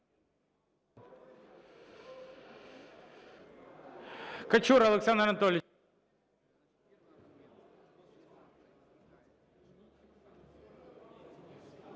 Качура Олександр Анатолійович.